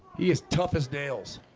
he is tough as nails